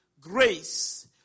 Grace